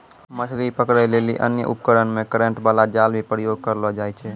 मछली पकड़ै लेली अन्य उपकरण मे करेन्ट बाला जाल भी प्रयोग करलो जाय छै